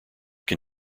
can